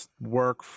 work